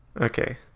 Okay